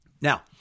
Now